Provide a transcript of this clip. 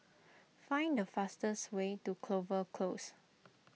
find the fastest way to Clover Close